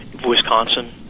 Wisconsin